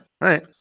right